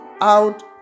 out